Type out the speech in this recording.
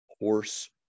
horse